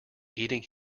eating